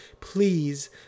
Please